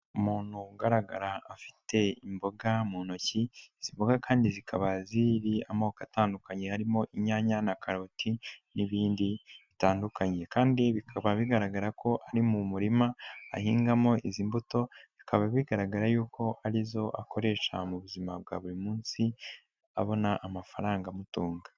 Umuntu ugaragara afite imboga mu ntoki, izi mboga kandi zikaba ziri amoko atandukanye harimo inyanya na karoti n'ibindi bitandukanye kandi bikaba bigaragara ko ari mu murima ahingamo izi mbuto, bikaba bigaragara yuko ari zo akoresha mu buzima bwa buri munsi abona amafaranga amutunga.